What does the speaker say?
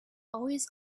always